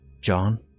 John